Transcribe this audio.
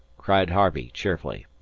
cried harvey cheerfully,